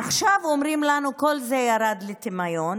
עכשיו אומרים לנו שכל זה ירד לטמיון.